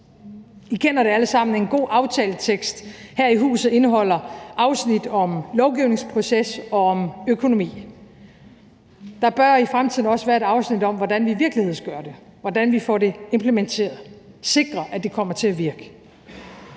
I kender det alle sammen: En god aftaletekst her i huset indeholder afsnit om lovgivningsproces og om økonomi, men der bør i fremtiden også være et afsnit om, hvordan vi fører det ud i virkeligheden, hvordan vi får det implementeret, sikret, at det kommer til at virke.